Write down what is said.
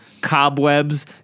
Cobwebs